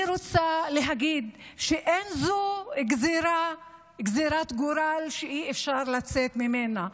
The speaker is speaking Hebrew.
אני רוצה להגיד שאין זו גזרת גורל שאי-אפשר לצאת ממנה.